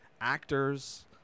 actors